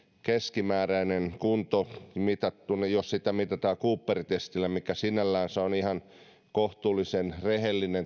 keskimääräinen kunto mitattuna jos sitä mitataan cooperin testillä mikä sinällänsä on ihan kohtuullisen rehellinen